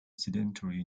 sedentary